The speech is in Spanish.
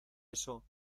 eso